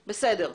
בסדר.